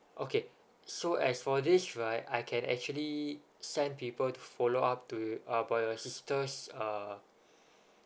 okay so as for this right I can actually send people to follow up to about your sister's uh